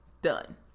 Done